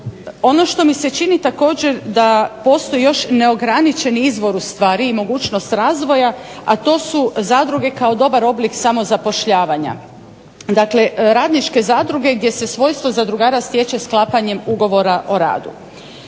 ono što mi se čini također da postoji još neograničen izvor ustvari i mogućnost razvoja, a to su zadruge kao dobar oblik samozapošljavanja. Dakle radničke zadruge, gdje se svojstvo zadrugara stječe sklapanjem ugovora o radu.